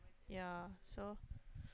yea so